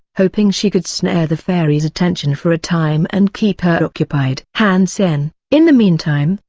hoping she could snare the fairy's attention for a time and keep her occupied. han sen, in the meantime,